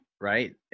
right